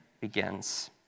begins